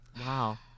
Wow